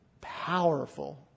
powerful